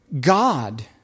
God